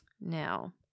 Now